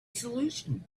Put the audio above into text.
solution